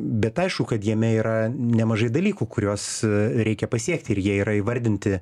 bet aišku kad jame yra nemažai dalykų kuriuos reikia pasiekti ir jie yra įvardinti